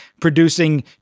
producing